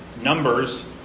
numbers